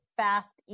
fast